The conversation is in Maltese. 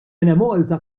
enemalta